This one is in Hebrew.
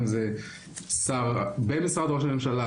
אם זה שר במשרד ראש הממשלה,